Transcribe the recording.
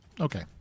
Okay